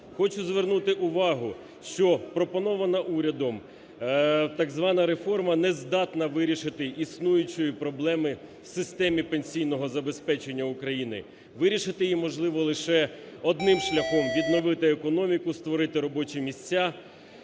Хочу звернути увагу, що пропонована урядом так звана реформа не здатна вирішити існуючої проблеми в системі пенсійного забезпечення України. Вирішити її можливо лише одним шляхом – відновити економіку, створити робочі місця